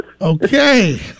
Okay